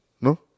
No